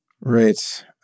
Right